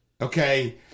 Okay